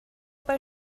bei